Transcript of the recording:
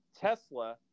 Tesla